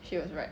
she was right